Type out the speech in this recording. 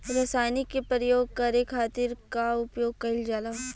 रसायनिक के प्रयोग करे खातिर का उपयोग कईल जाला?